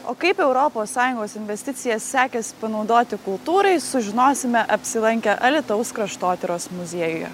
o kaip europos sąjungos investicijas sekėsi panaudoti kultūrai sužinosime apsilankę alytaus kraštotyros muziejuje